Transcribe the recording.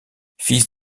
fils